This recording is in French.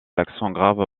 grave